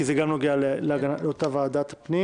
כי זה גם נוגע לאותה ועדת פנים